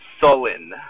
sullen